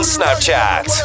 Snapchat